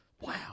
Wow